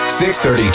630